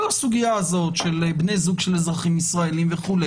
כל הסוגיה של בני זוג של אזרחים ישראלים וכו',